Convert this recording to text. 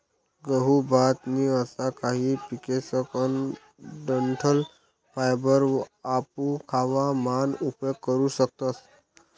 गहू, भात नी असा काही पिकेसकन डंठल फायबर आपू खावा मान उपयोग करू शकतस